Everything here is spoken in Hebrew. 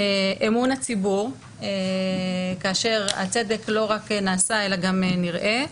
אמון הציבור, כאשר הצדק לא רק נעשה אלא גם נראה.